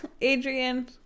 Adrian